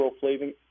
flavoring